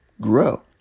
grow